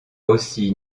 aussi